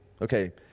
Okay